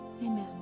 Amen